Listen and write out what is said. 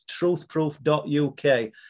truthproof.uk